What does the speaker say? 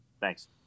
Thanks